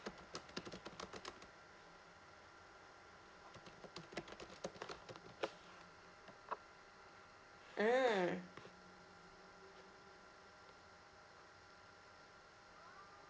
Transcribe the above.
mm